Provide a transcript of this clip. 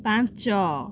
ପାଞ୍ଚ